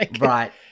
right